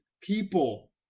People